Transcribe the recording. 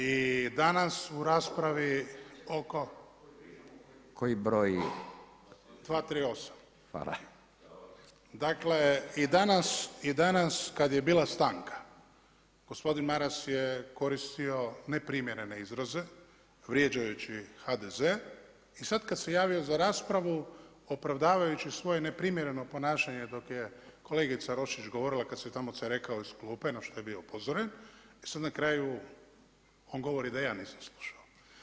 I danas u raspravi [[Upadica Radin: Koji broj?]] 238 [[Upadica Radin: Hvala.]] Dakle, i danas kad je bila stanka gospodin Maras je koristio neprimjerene izraze, vrijeđajući HDZ i sad kad se javio za raspravu opravdavajući svoje neprimjereno ponašanje dok je kolega Roščić govorila kad se tako cerekao iz klupe, na što je bio upozoren, e sad na kraju on govori da ja nisam slušao.